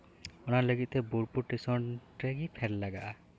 ᱚᱱᱟᱞᱟᱹᱜᱤᱫ ᱛᱮ ᱵᱳᱞᱯᱩᱨ ᱴᱮᱥᱚᱱ ᱨᱮᱜᱮ ᱯᱷᱮᱰ ᱞᱟᱜᱟᱜᱼᱟ